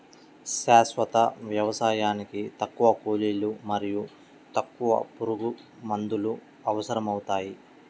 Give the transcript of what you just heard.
శాశ్వత వ్యవసాయానికి తక్కువ కూలీలు మరియు తక్కువ పురుగుమందులు అవసరమవుతాయి